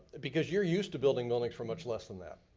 because you're used to building buildings for much less than that.